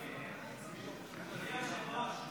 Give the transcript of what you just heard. אדוני היושב-ראש,